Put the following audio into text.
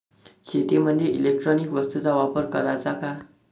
शेतीमंदी इलेक्ट्रॉनिक वस्तूचा वापर कराचा का?